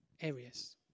areas